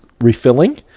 refilling